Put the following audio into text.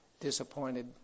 disappointed